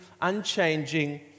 unchanging